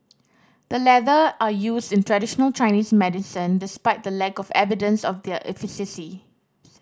the latter are used in traditional Chinese medicine despite the lack of evidence of their efficacy